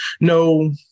no